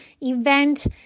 event